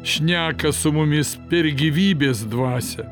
šneka su mumis per gyvybės dvasią